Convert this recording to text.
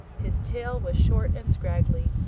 his tail was short and scraggly,